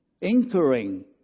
incurring